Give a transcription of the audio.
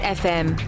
fm